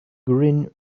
grin